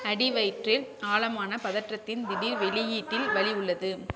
அடிவயிற்றில் ஆழமான பதற்றத்தின் திடீர் வெளியீட்டில் வலி உள்ளது